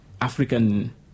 African